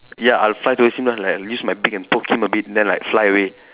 ya I'll fight with him ah like use my beak and poke him a bit then like fly away